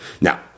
now